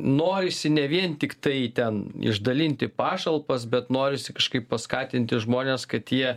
norisi ne vien tiktai ten išdalinti pašalpas bet norisi kažkaip paskatinti žmones kad jie